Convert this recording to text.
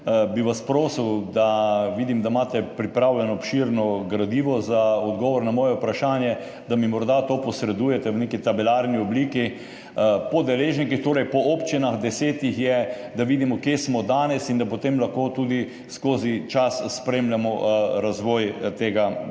prosil, vidim, da imate pripravljeno obširno gradivo za odgovor na moje vprašanje, da mi morda to posredujete v neki tabelarni obliki po deležnikih, torej po občinah, 10 jih je, da vidimo, kje smo danes, in da potem lahko tudi skozi čas spremljamo razvoj tega projekta.